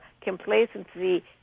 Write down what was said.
complacency